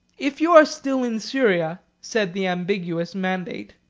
if you are still in syria, said the ambiguous mandate,